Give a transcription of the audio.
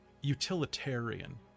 utilitarian